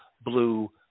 blue